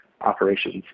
operations